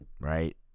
right